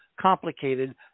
complicated